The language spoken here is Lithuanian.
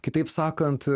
kitaip sakant